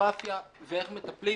בפורנוגרפיה ואיך מטפלים